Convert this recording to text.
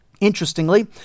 Interestingly